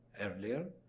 earlier